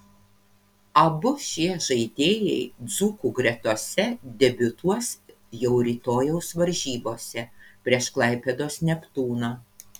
abu šie žaidėjai dzūkų gretose debiutuos jau rytojaus varžybose prieš klaipėdos neptūną